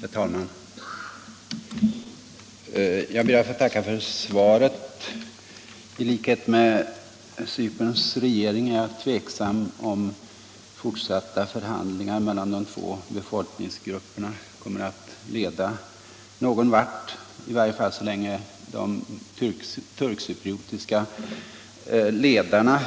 Herr talman! Jag ber att få tacka utrikesministern för svaret på min fråga. I likhet med Cyperns regering är jag tveksam om huruvida fortsatta förhandlingar mellan de två befolkningsgrupperna kommer att leda någon vart, i varje fall så länge de turkcypriotiska talesmännen